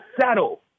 settle